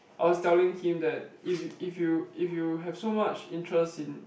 I was telling him that if if you if you have so much interest in